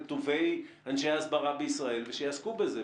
את טובי אנשי הסברה בישראל שיעסקו בזה?